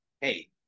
hey